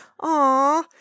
Aw